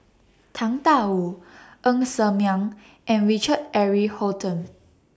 Tang DA Wu Ng Ser Miang and Richard Eric Holttum